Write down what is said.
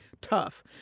tough